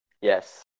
yes